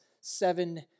seven